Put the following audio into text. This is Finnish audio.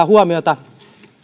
huomiota